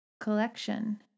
collection